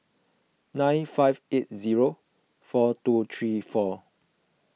nine five eight zero four two three four